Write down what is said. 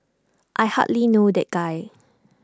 I hardly know that guy